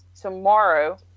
tomorrow